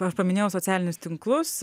aš paminėjau socialinius tinklus